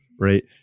right